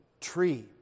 tree